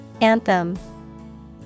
Anthem